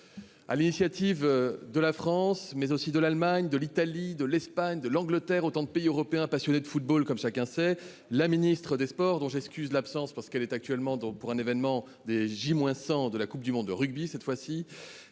À l'initiative de la France mais aussi de l'Allemagne, de l'Italie, de l'Espagne de l'Angleterre, autant de pays européens. Passionné de football, comme chacun sait, la ministre des Sports dont j'excuse l'absence parce qu'elle est actuellement, donc pour un événement D. J moins 100 de la Coupe du monde de rugby cette fois-ci,